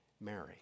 Mary